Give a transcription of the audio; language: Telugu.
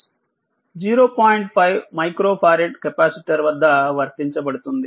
5 మైక్రో ఫారెడ్కెపాసిటర్వద్ద వర్తించబడుతుంది